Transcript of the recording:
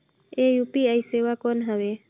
ये यू.पी.आई सेवा कौन हवे?